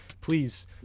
please